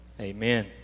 Amen